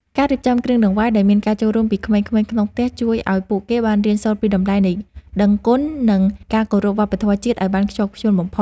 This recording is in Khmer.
ការរៀបចំគ្រឿងដង្វាយដោយមានការចូលរួមពីក្មេងៗក្នុងផ្ទះជួយឱ្យពួកគេបានរៀនសូត្រពីតម្លៃនៃដឹងគុណ និង ការគោរពវប្បធម៌ជាតិឱ្យបានខ្ជាប់ខ្ជួនបំផុត។